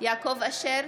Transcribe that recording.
יעקב אשר,